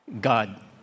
God